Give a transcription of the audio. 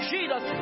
Jesus